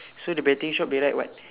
so the betting shop they write what